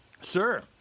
sir